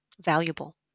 valuable